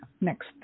Next